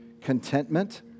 contentment